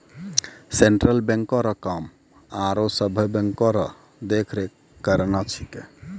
central बैंको रो काम आरो सभे बैंको रो देख रेख करना छिकै